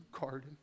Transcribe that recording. garden